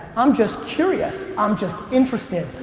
i'm just curious. i'm just interested.